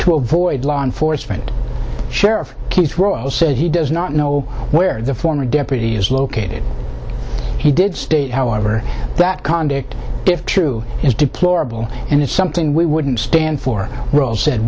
to avoid law enforcement sheriff keith rose said he does not know where the former deputy is located he did state however that conduct if true is deplorable and it's something we wouldn't stand for rove said